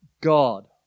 God